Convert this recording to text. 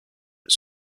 its